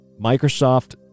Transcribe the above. Microsoft